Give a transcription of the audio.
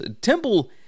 Temple